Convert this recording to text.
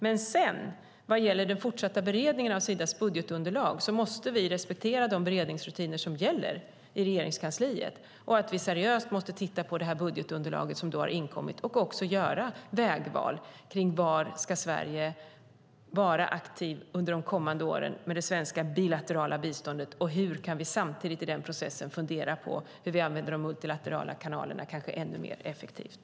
Men vad gäller den fortsatta beredningen av Sidas budgetunderlag måste vi respektera de beredningsrutiner som gäller i Regeringskansliet och seriöst titta på det budgetunderlag som har inkommit och också göra vägval kring var Sverige ska vara aktiv under de kommande åren med det svenska bilaterala biståndet och hur vi samtidigt i den processen kan fundera på hur vi använder de multilaterala kanalerna kanske ännu mer effektivt.